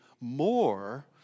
more